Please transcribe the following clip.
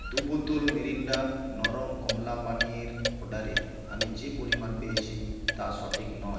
দু বোতল মিরিন্ডা নরম কমলা পানীয়ের অর্ডারে আমি যে পরিমাণ পেয়েছি তা সঠিক নয়